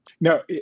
No